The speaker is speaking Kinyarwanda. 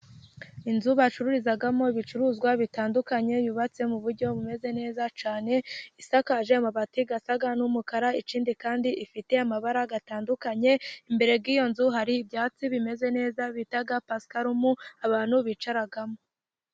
Inzu bacururizamo ibicuruzwa bitandukanye yubatse mu buryo bumeze neza cyane , isakaje amabati asa n'umukara, ikindi kandi ifite amabara atandukanye. Imbere y'iyo nzu hari ibyatsi bimeze neza bita pasiparumu abantu bicaramo.